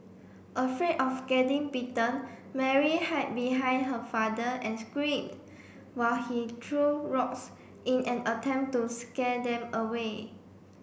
afraid of getting bitten Mary hid behind her father and screamed while he threw rocks in an attempt to scare them away